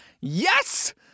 YES